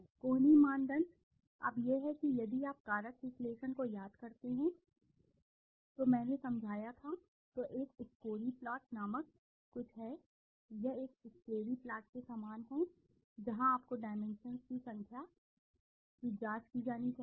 कोहनी मानदंड अब यह है यदि आप कारक विश्लेषण को याद करते हैं जो मैंने समझाया था तो एक स्केरी प्लॉट एक स्कोरी प्लॉट नामक कुछ है यह एक स्केरी प्लॉट के समान है जहां आपको डाइमेंशन्सकी संख्या डाइमेंशन्स की संख्या की जांच की जानी चाहिए